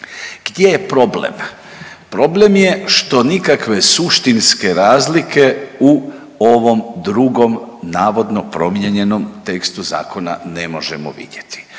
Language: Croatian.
gdje je problem? Problem je što nikakve suštinske razlike u ovom drugom navodno promijenjenom tekstu zakona ne možemo vidjeti.